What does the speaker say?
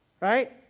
Right